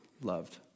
loved